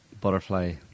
butterfly